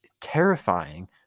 terrifying